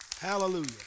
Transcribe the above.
Hallelujah